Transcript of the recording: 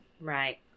Right